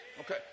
Okay